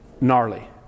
Gnarly